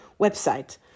website